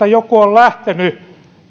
joku on lähtenyt